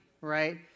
right